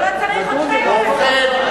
נדון ונהפוך,